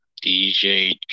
DJ